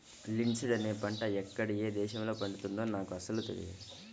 linseed అనే పంట ఎక్కడ ఏ దేశంలో పండుతుందో నాకు అసలు తెలియదు